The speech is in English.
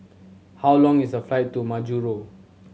how long is the flight to Majuro